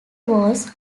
walls